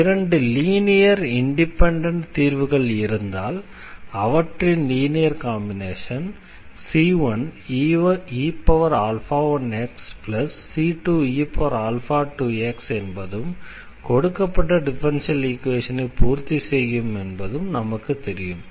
இரண்டு linear independent தீர்வுகள் இருந்தால் அவற்றின் லீனியர் காம்பினேஷன் c1e1xc2e2x என்பதும் கொடுக்கப்பட்ட டிஃபரன்ஷியல் ஈக்வேஷனை பூர்த்தி செய்யும் என்பதும் நமக்கு தெரியும்